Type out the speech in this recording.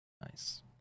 Nice